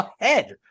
ahead